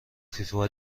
فیفا